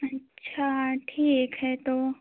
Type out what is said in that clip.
अच्छा ठीक है तो